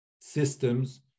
systems